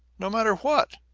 no matter what,